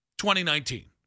2019